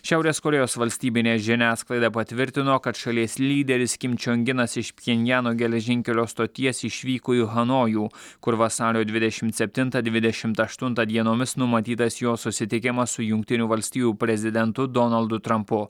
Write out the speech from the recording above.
šiaurės korėjos valstybinė žiniasklaida patvirtino kad šalies lyderis kim čiong inas iš pjenjano geležinkelio stoties išvyko į hanojų kur vasario dvidešimt septintą dvidešimt aštuntą dienomis numatytas jo susitikimas su jungtinių valstijų prezidentu donaldu trumpu